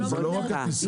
זאת לא רק הטיסה.